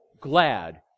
glad